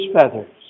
feathers